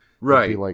Right